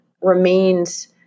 remains